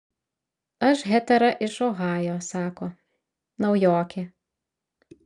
aš hetera iš ohajo sako naujokė